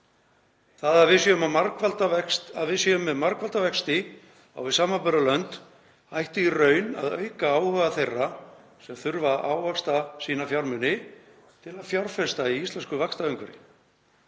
Það að við séum með margfalda vexti á við samanburðarlönd ætti í raun að auka áhuga þeirra sem þurfa að ávaxta sína fjármuni til að fjárfesta í íslensku vaxtaumhverfi.